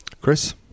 Chris